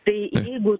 tai jeigu